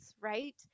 right